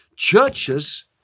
churches